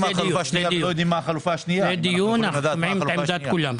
מה הייתה עמדתכם?